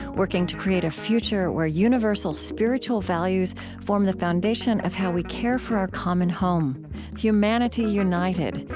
working to create a future where universal spiritual values form the foundation of how we care for our common home humanity united,